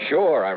Sure